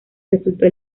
resultó